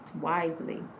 wisely